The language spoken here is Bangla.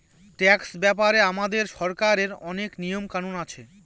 ট্যাক্স ব্যাপারে আমাদের সরকারের অনেক নিয়ম কানুন আছে